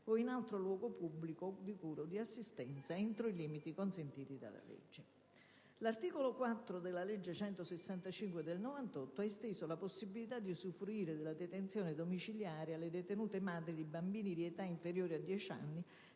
od in altro luogo pubblico di cura o di assistenza, entro i limiti consentiti dalla legge. L'articolo 4 della legge n.165 del 1998 ha esteso la possibilità di usufruire della detenzione domiciliare alle detenute madri di bambini di età inferiore ai